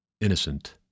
innocent